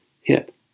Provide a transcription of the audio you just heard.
hip